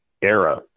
era